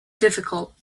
difficult